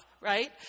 right